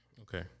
Okay